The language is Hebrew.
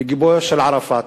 בגיבויו של ערפאת.